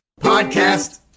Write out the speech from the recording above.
Podcast